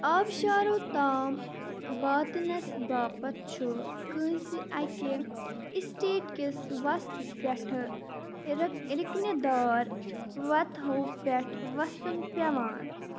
آبشارو تام واتنَس باپتھ چھُ کٲنٛسہِ اَکہِ اسٹیٹ کِس وسطہٕ پٮ۪ٹھٕ رٮ۪ک رِکنہِ دار وَتہَو پٮ۪ٹھٕ وَسُن پٮ۪وان